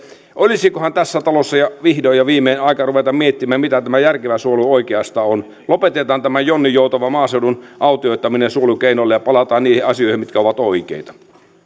olisikohan tässä talossa vihdoin ja viimein aika ruveta miettimään mitä järkevä suojelu oikeastaan on lopetetaan tämä jonninjoutava maaseudun autioittaminen suojelukeinoilla ja palataan niihin asioihin mitkä ovat oikeita